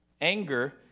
Anger